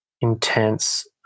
intense